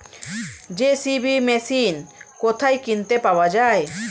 JCB machine কোথায় কিনতে পাওয়া যাবে?